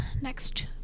Next